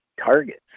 targets